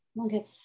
Okay